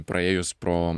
praėjus pro